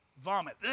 Vomit